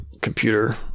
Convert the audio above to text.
computer